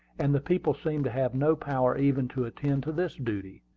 and the people seemed to have no power even to attend to this duty.